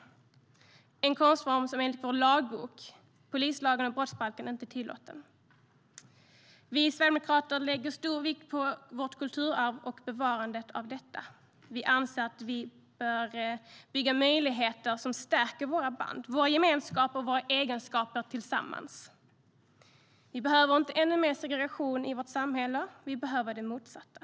Det är en konstform som enligt polislagen och brottsbalken i vår lagbok inte är tillåten. Vi sverigedemokrater lägger stor vikt vid vårt kulturarv och bevarandet av detta. Vi anser att vi bör bygga möjligheter som stärker våra band, våra gemenskaper och våra egenskaper tillsammans. Vi behöver inte ännu mer segregation i vårt samhälle; vi behöver det motsatta.